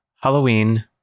Halloween